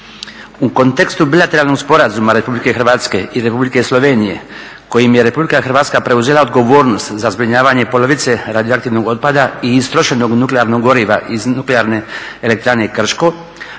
U kontekstu bilateralnog sporazuma Republike Hrvatske i Republike Slovenije kojim je Republika Hrvatska preuzela odgovornost za zbrinjavanje polovice radioaktivnog otpada i istrošenog nuklearnog goriva iz Nuklearne elektrane Krško,